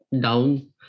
down